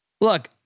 Look